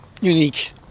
unique